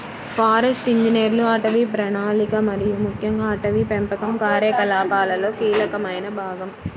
forest ఇంజనీర్లు అటవీ ప్రణాళిక మరియు ముఖ్యంగా అటవీ పెంపకం కార్యకలాపాలలో కీలకమైన భాగం